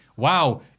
Wow